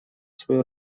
свою